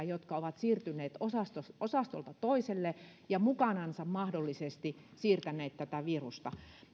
jotka ovat siirtyneet osastolta osastolta toiselle ja mukanansa mahdollisesti siirtäneet tätä virusta